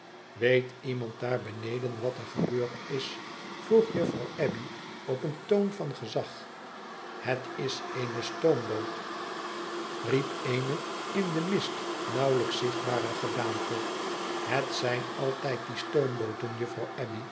weet iemand daar beneden wat er gebeurd is vroeg juouw abbey op een toon van gezag ihet is eene stoomboot riep eene in den mist nauwelijks zichtbare gedaante f het zijn al tij d die stoombooten juffrouw